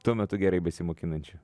tuo metu gerai besimokinančių